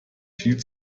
viel